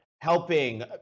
Helping